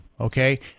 okay